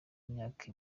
imyaka